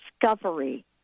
discovery